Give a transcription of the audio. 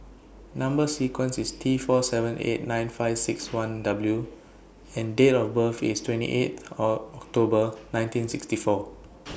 Number sequence IS T four seven eight nine five six one W and Date of birth IS twenty eighth Or October nineteen sixty four